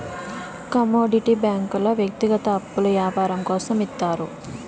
commodity బ్యాంకుల వ్యక్తిగత అప్పులు యాపారం కోసం ఇత్తారు